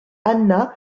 anna